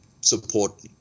support